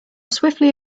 swiftly